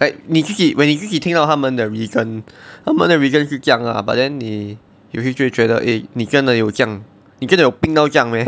like 你自己 when 你自己听到他们的 reason 他们的 reason 是这样 lah but then 你就会觉得 eh 你真的有这样你真的有病到这样 meh